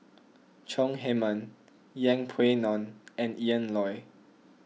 Chong Heman Yeng Pway Ngon and Ian Loy